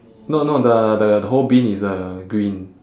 no no the the the whole bin is uh green